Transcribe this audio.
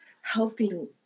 helping